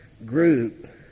Group